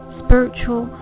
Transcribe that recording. spiritual